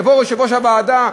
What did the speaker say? יבוא יושב-ראש הוועדה,